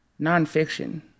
nonfiction